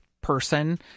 person